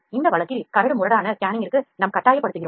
இந்த வழக்கில் கரடுமுரடான ஸ்கேனிங்கிற்கு நாம் கட்டாயப்படுத்துகிறோம்